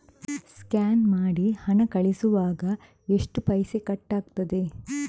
Scan ಮಾಡಿ ಹಣ ಕಳಿಸುವಾಗ ಎಷ್ಟು ಪೈಸೆ ಕಟ್ಟಾಗ್ತದೆ?